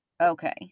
okay